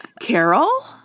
Carol